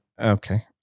Okay